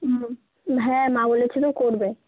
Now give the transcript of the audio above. হুম হ্যাঁ মা বলেছিল করবে